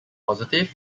positive